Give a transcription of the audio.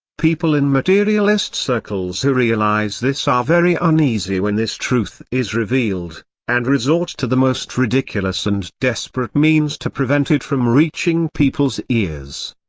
people in materialist circles who realize this are very uneasy when this truth is revealed, and resort to the most ridiculous and desperate means to prevent it from reaching peoples' ears.